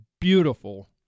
beautiful